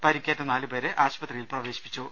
പരിക്കേറ്റ നാലുപേരെ ആശുപത്രിയിൽ പ്രവേ ശിപ്പിച്ചു